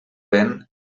vent